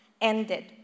ended